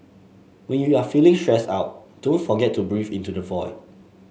when you are feeling stressed out don't forget to breathe into the void